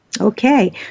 Okay